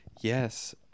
yes